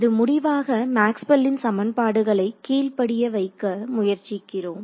இது முடிவாக மேக்ஸ்வெலின் சமன்பாடுகளை Maxwell's equation கீழ் படிய வைக்க முயற்சிக்கிறோம்